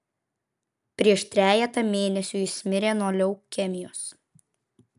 prieš trejetą mėnesių jis mirė nuo leukemijos